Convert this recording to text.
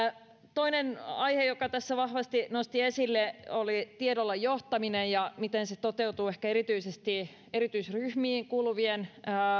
toinen aihe joka tässä vahvasti nostettiin esille oli tiedolla johtaminen ja se miten se toteutuu ehkä erityisesti erityisryhmiin kuuluvien